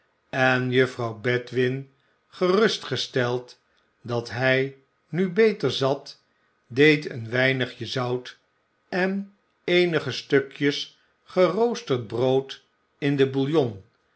en juffrouw bedwin gerustgesteld dat hij nu beter zat deed een weinigje zout en eenige stukjes geroosterd brood in den bouillon